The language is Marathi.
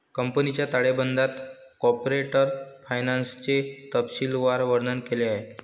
कंपनीच्या ताळेबंदात कॉर्पोरेट फायनान्सचे तपशीलवार वर्णन केले आहे